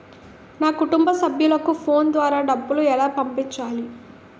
నా కుటుంబ సభ్యులకు ఫోన్ ద్వారా డబ్బులు ఎలా పంపించాలి?